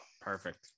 perfect